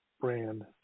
brand